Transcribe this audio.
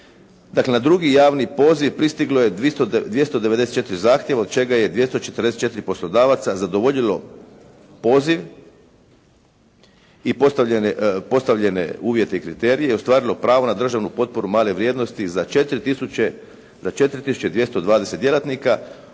dakle na drugi javni poziv pristiglo je 294 zahtjeva od čega je 244 poslodavaca zadovoljilo poziv i postavljene uvjete i kriterije i ostvarilo pravo na državnu potporu male vrijednosti za 4 tisuće 220 djelatnika